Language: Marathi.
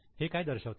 हे काय दर्शवते